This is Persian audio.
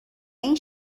این